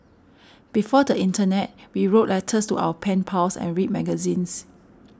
before the internet we wrote letters to our pen pals and read magazines